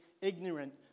ignorant